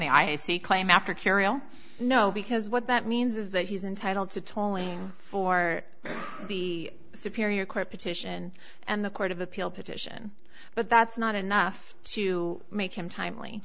the i c claim after curial no because what that means is that he's entitled to tolling for the superior court petition and the court of appeal petition but that's not enough to make him timely